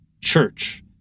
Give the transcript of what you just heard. church